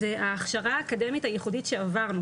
זה ההכשרה האקדמית הייחודית שעברנו,